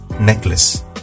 necklace